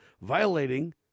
violating